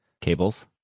cables